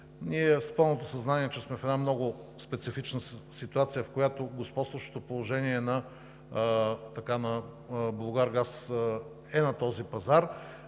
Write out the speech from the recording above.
с пълното съзнание, че сме в една много специфична ситуация, в която господстващото положение на Булгаргаз е на този пазар,